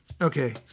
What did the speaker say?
okay